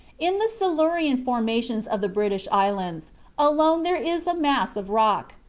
in the silurian formations of the british islands alone there is a mass of rock,